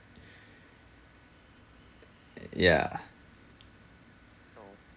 yeah